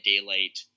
Daylight